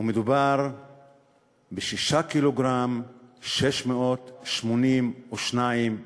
ומדובר ב-6 קילוגרם ו-682 גרם.